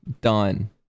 Done